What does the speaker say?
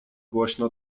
głośno